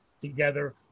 together